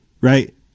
right